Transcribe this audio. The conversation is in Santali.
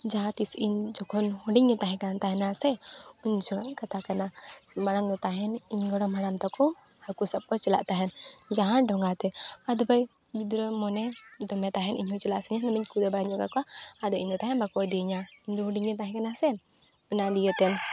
ᱡᱟᱦᱟᱸ ᱛᱤᱥ ᱤᱧ ᱡᱚᱠᱷᱚᱱ ᱦᱩᱰᱤᱧᱤᱧ ᱛᱟᱦᱮᱸ ᱠᱟᱱ ᱛᱟᱦᱮᱱᱟ ᱥᱮ ᱩᱱ ᱡᱚᱦᱚᱜ ᱨᱮᱱᱟᱜ ᱠᱟᱛᱷᱟ ᱠᱟᱱᱟ ᱢᱟᱲᱟᱝ ᱫᱚ ᱛᱟᱦᱮᱱ ᱤᱧ ᱜᱚᱲᱚᱢ ᱦᱟᱲᱟᱢ ᱛᱟᱠᱚ ᱦᱟᱹᱠᱩ ᱥᱟᱵ ᱠᱚ ᱪᱟᱞᱟᱜ ᱛᱟᱦᱮᱱ ᱡᱟᱦᱟᱱ ᱰᱷᱚᱸᱜᱟᱛᱮ ᱟᱫᱚ ᱢᱚᱱᱮ ᱫᱚᱢᱮ ᱛᱟᱦᱮᱸᱫ ᱤᱧ ᱦᱚᱸ ᱤᱧᱦᱚᱸ ᱪᱟᱞᱟᱜ ᱥᱟᱱᱟᱧᱟ ᱫᱚᱢᱮᱧ ᱠᱷᱩᱫᱟᱹᱣ ᱵᱟᱲᱟ ᱧᱚᱜ ᱠᱟᱫ ᱠᱚᱣᱟ ᱟᱫᱚ ᱤᱧ ᱫᱚ ᱛᱟᱦᱮ ᱵᱟᱠᱚ ᱤᱫᱤᱭᱧᱟ ᱤᱧ ᱫᱚ ᱦᱩᱰᱤᱧᱜᱤᱧ ᱛᱟᱦᱮᱸ ᱠᱟᱱᱟ ᱥᱮ ᱚᱱᱟ ᱫᱤᱭᱮᱛᱮ